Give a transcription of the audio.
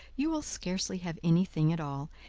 you will scarcely have any thing at all,